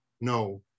No